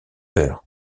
heures